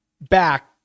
back